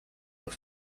were